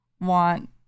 want